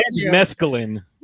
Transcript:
Mescaline